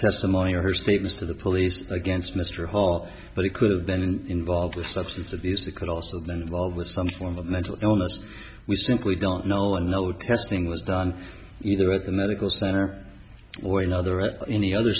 testimony her statements to the police against mr hall but it could have been involved with substance abuse that could also then involved with some form of mental illness we simply don't know and no testing was done either at the medical center or another at any other